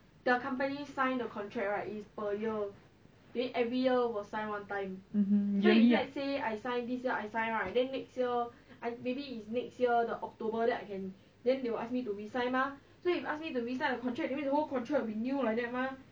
mmhmm usually lah